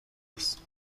است